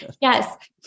Yes